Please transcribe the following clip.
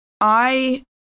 I-